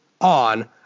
on